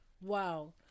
wow